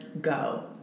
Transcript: go